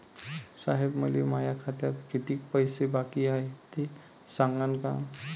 साहेब, मले माया खात्यात कितीक पैसे बाकी हाय, ते सांगान का?